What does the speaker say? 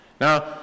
Now